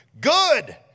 good